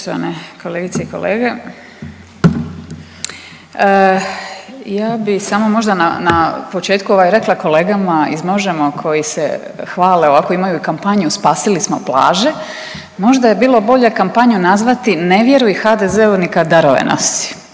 Poštovane kolegice i kolege. Ja bi samo možda na početku rekla kolegama iz Možemo koji se hvale ovako imaju kampanju spasili smo plaže, možda je bilo bolje kampanju nazvati ne vjeruj HDZ-u ni kada … nosi